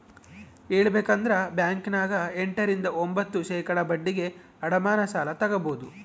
ಹೇಳಬೇಕಂದ್ರ ಬ್ಯಾಂಕಿನ್ಯಗ ಎಂಟ ರಿಂದ ಒಂಭತ್ತು ಶೇಖಡಾ ಬಡ್ಡಿಗೆ ಅಡಮಾನ ಸಾಲ ತಗಬೊದು